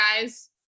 guys